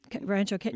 Rancho